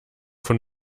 von